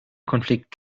konflikt